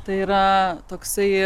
tai yra toksai